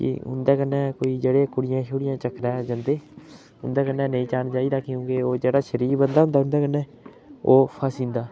कि उं'दे कन्नै कोई जेह्ड़े कुड़ियां छुड़ियां चक्करा च जंदे उं'दे कन्नै नेईं जाना चाहि्दा क्योंकि ओह् जेह्ड़ा शरीफ बंदा होंदा उं'दे कन्नै ओह् फसी जंदा